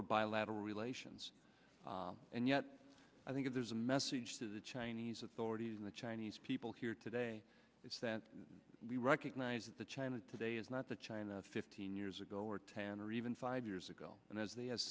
for bilateral relations and yet i think there's a message to the chinese authorities and the chinese people here today is that we recognize that china today is not the china fifteen years ago or ten or even five years ago and as they